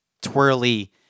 twirly